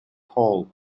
hole